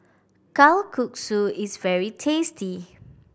kalguksu is very tasty